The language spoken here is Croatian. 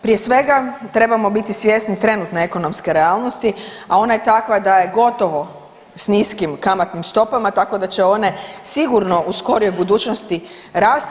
Prije svega trebamo biti svjesni trenutne ekonomske realnosti, a ona je takva da je gotovo s niskim kamatnim stopama, tako da će one sigurno u skorijoj budućnosti rasti.